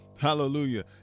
hallelujah